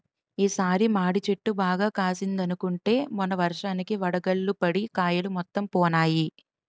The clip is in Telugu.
ఈ సారి మాడి చెట్టు బాగా కాసిందనుకుంటే మొన్న వర్షానికి వడగళ్ళు పడి కాయలు మొత్తం పోనాయి